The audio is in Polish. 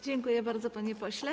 Dziękuję bardzo, panie pośle.